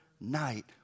night